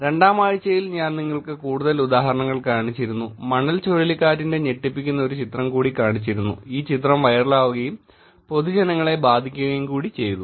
2 ാം ആഴ്ചയിൽ ഞാൻ നിങ്ങൾക്ക് കൂടുതൽ ഉദാഹരണങ്ങൾ കാണിച്ചിരുന്നു മണൽ ചുഴലിക്കാറ്റിന്റെ ഞെട്ടിപ്പിക്കുന്ന ഒരു ചിത്രം കാണിച്ചിരുന്നു ഈ ചിത്രം വൈറലാവുകയും പൊതുജനങ്ങളെ ബാധിക്കുകയും കൂടി ചെയ്തു